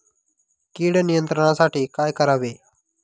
कीड नियंत्रणासाठी काय करावे?